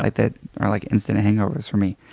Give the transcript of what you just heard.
like that are like instant hangovers for me.